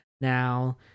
Now